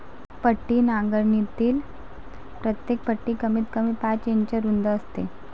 पट्टी नांगरणीतील प्रत्येक पट्टी कमीतकमी पाच इंच रुंद असते